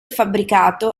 fabbricato